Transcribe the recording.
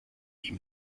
ihm